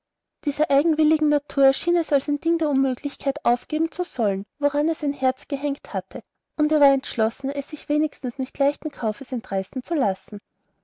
dieser eigenwilligen natur erschien es als ein ding der unmöglichkeit aufgeben zu sollen woran er sein herz gehängt hatte und er war entschlossen es sich wenigstens nicht leichten kaufes entreißen zu lassen